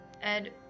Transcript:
Ed